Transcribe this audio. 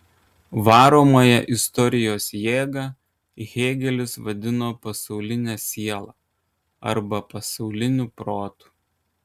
varomąją istorijos jėgą hėgelis vadino pasauline siela arba pasauliniu protu